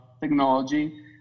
technology